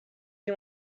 you